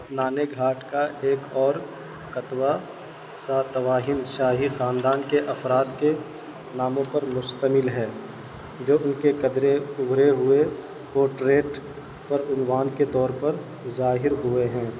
نانے گھاٹ کا ایک اور کتبہ ساتواہن شاہی خاندان کے افراد کے ناموں پر مشتمل ہے جو ان کے قدرے ابھرے ہوئے پورٹریٹ پر عنوان کے طور پر ظاہر ہوئے ہیں